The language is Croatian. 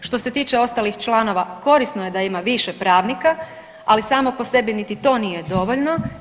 Što se tiče ostalih članova korisno je da ima više pravnika, ali samo po sebi niti to nije dovoljno.